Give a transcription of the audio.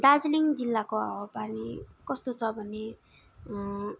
दार्जिलिङ जिल्लाको हावा पानी कस्तो छ भने